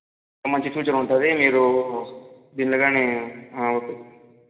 మంచి ఫ్యూచర్ ఉంటుంది మీరు దీన్ని కానీ